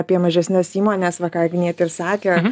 apie mažesnes įmones va ką agnietė ir sakė